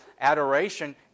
adoration